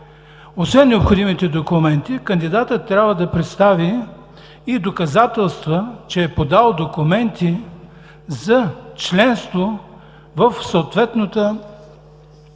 освен необходимите документи, кандидатът трябва да представи и доказателства, че е подал документи за членство в съответната